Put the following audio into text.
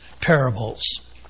parables